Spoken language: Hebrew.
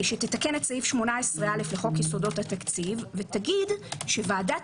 שתתקן את סעיף 18א לחוק יסודות התקציב ותגיד שוועדת